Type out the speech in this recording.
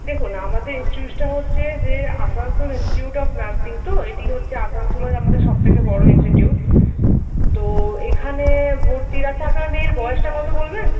দেখুন আমাদের ইন্সটিউটটা হচ্ছে যে আসানসোল ইন্সটিটিউট অব নার্সিং তো এটি হচ্ছে আসানসোলের আমাদের সব থেকে বড়ো ইন্সটিটিউট তো এখানে ভর্তির আচ্ছা আপনার মেয়ের বয়েসটা কত বলবেন